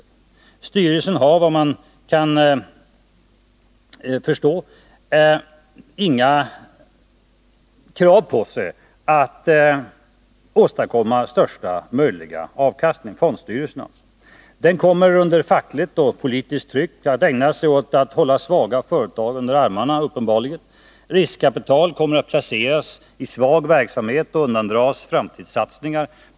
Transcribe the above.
Fondstyrelsen har inga krav på sig att åstadkomma största möjliga avkastning. Den kommer under fackligt och politiskt tryck uppenbarligen att ägna sig åt att hålla svaga företag under armarna. Riskkapital kommer att placeras i svag verksamhet och undandras framtidssatsningar.